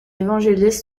évangélistes